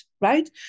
right